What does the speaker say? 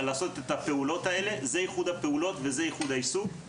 שזה ייחוד הפעולות וייחוד העיסוק.